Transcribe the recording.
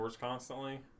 constantly